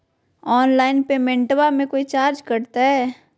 Online पेमेंटबां मे कोइ चार्ज कटते?